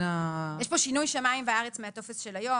יש פה שינוי שמים וארץ מהטופס של היום.